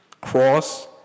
cross